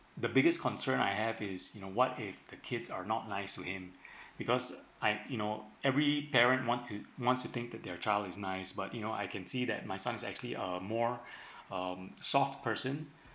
the biggest concern I have is you know what if the kids are not nice to him because I you know every parent want to want to think that their child is nice but you know I can see that my son's actually a more um soft person